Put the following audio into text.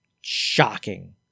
shocking